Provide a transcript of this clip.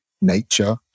nature